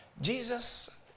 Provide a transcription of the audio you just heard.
Jesus